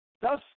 Thus